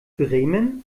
bremen